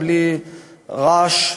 בלי רעש,